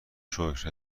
شکر